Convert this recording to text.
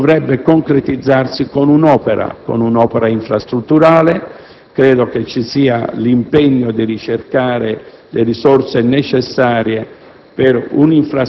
e questo dovrebbe concretizzarsi con un'opera infrastrutturale. Credo che ci sia l'impegno di ricercare le risorse necessarie